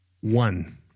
One